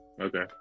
Okay